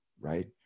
right